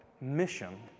mission